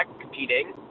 competing